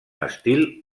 estil